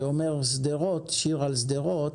שיר על שדרות,